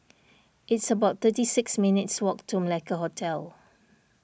it's about thirty six minutes' walk to Malacca Hotel